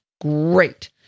great